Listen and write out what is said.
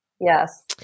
Yes